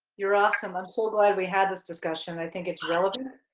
you're awesome, i'm so glad we had this discussion. i think it's relevant,